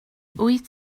wyt